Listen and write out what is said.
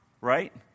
right